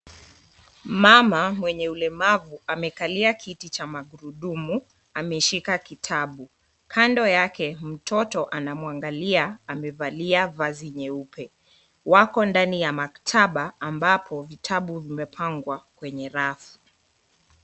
Mama mwenye ulemavu amekalia kiti cha magurudumu, ameshika kitabu. Kando yake, mtoto anamwangalia, amevalia vazi nyeupe. Wako ndani ya maktaba ambapo vitabu vimepangwa kwenye rafu.